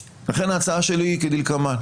לכן, ההצעה שלי היא כדלקמן,